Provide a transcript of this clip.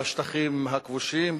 בשטחים הכבושים